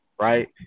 Right